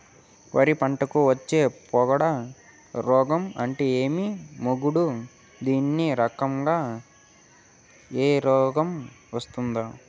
వరి పంటకు వచ్చే పొడ రోగం అంటే ఏమి? మాగుడు దేని కారణంగా ఈ రోగం వస్తుంది?